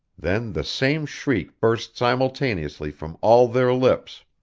then the same shriek burst simultaneously from all their lips.